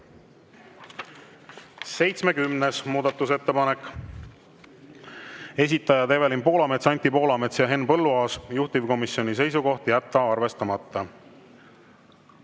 70. muudatusettepanek, esitajad Evelin Poolamets, Anti Poolamets ja Henn Põlluaas. Juhtivkomisjoni seisukoht: jätta arvestamata.